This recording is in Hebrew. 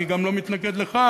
אני גם לא מתנגד לכך.